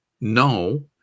no